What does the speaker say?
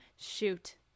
Shoot